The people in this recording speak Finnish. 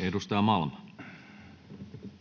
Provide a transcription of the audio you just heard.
Edustaja Malm.